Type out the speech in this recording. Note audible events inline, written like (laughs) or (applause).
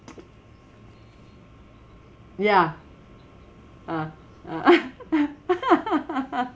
ya uh uh (laughs)